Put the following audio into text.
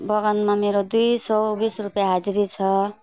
बगानमा मेरो दुई सौ बिस रुपियाँ हाजिरी छ